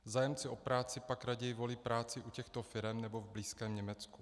Zájemci o práci pak raději volí práci u těchto firem nebo v blízkém Německu.